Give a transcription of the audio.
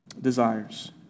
desires